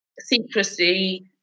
secrecy